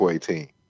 team